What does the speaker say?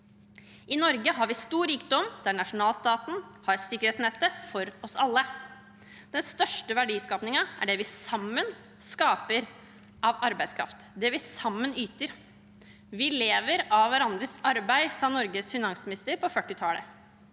I Norge har vi stor rikdom, der nasjonalstaten har sikkerhetsnettet for oss alle. Den største verdiskapingen er det vi sammen skaper av arbeidskraft, det vi sammen yter. Vi lever av hverandres arbeid, sa Norges finansminister på 1940-tallet.